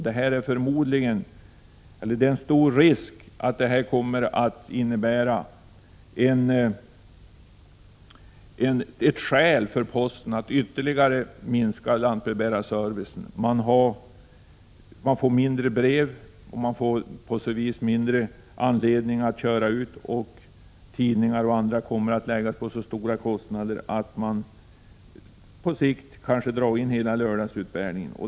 Det är stor risk för att posten här finner skäl för att ytterligare minska lantbrevbärarservicen — man får färre brev och på så vis mindre anledning att köra ut dem. Tidningar och annan post kommer att dra så stora kostnader att man på sikt kanske drar in all lördagsutbärning.